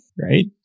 right